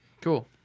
Cool